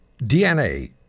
DNA